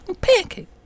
pancake